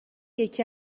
یکی